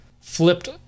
flipped